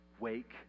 Wake